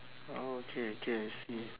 okay okay I see